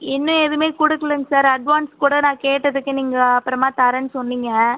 இன்னும் எதுவுமே கோடுக்கலங்க சார் அட்வான்ஸ் கூட நான் கேட்டதுக்கு நீங்கள் அப்புறமா தரேன்னு சொன்னிங்க